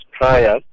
prior